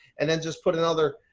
and then just put another,